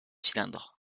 cylindres